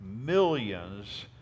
millions